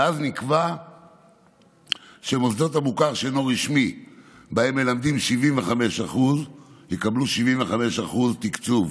ואז נקבע שמוסדות המוכר שאינו רשמי שבהם מלמדים 75% יקבלו 75% תקצוב,